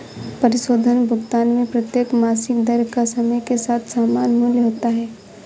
परिशोधन भुगतान में प्रत्येक मासिक दर का समय के साथ समान मूल्य होता है